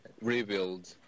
rebuild